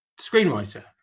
screenwriter